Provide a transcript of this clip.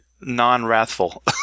non-wrathful